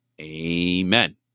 Amen